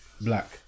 Black